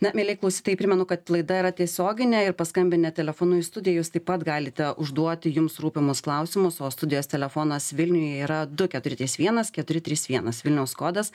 na mieli klausytojai primenu kad laida yra tiesioginė ir paskambinę telefonu į studiją jūs taip pat galite užduoti jums rūpimus klausimus o studijos telefonas vilniuje yra du keturi trys vienas keturi trys vienas vilniaus kodas